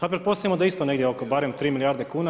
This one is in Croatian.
A pretpostavimo da je isto barem tri milijarde kuna.